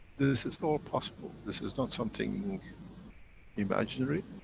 this is all possible. this is not something imaginary.